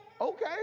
Okay